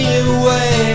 away